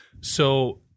So-